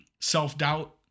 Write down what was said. self-doubt